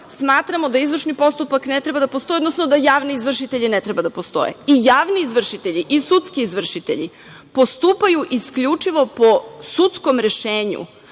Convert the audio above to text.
smatramo da izvršni postupak ne treba da postoji, odnosno da javni izvršitelji ne treba da postoje? I javni izvršitelji i sudski izvršitelji postupaju isključivo po sudskom rešenju.